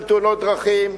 של תאונות דרכים.